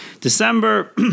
December